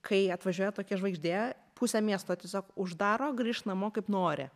kai atvažiuoja tokia žvaigždė pusę miesto tiesiog uždaro grįšk namo kaip nori